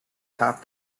top